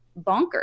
bonkers